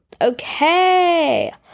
Okay